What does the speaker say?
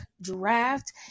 draft